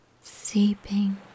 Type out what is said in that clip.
seeping